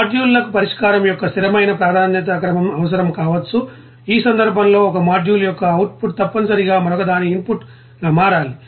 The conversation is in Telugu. మాడ్యూల్లకు పరిష్కారం యొక్క స్థిరమైన ప్రాధాన్యత క్రమం అవసరం కావచ్చు ఈ సందర్భంలో ఒక మాడ్యూల్ యొక్క అవుట్పుట్ తప్పనిసరిగా మరొకదాని ఇన్పుట్గా మారాలి